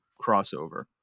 crossover